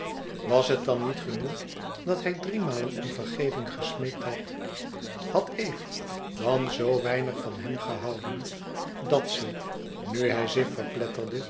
was het dan niet genoeg dat hij driemalen om vergeving gesmeekt had had eve dan zoo weinig van hem gehouden dat ze nu hij zich verpletterde